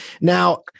Now